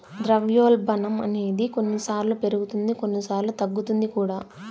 ద్రవ్యోల్బణం అనేది కొన్నిసార్లు పెరుగుతుంది కొన్నిసార్లు తగ్గుతుంది కూడా